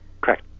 Correct